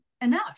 enough